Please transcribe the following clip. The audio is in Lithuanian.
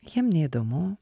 jiem neįdomu